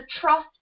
trust